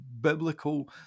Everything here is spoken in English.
biblical